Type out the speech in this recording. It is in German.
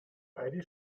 beide